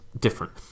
different